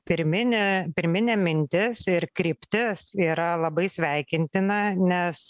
pirminė pirminė mintis ir kryptis yra labai sveikintina nes